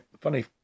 funny